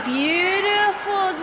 beautiful